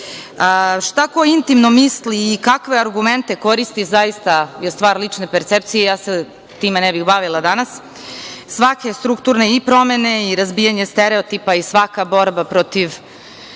ko intimno misli i kakve argumente koristi, zaista je stvar lične percepcije i ja se time ne bih bavila danas. Svake strukturne i promene i razbijanje stereotipa i svaka borba protiv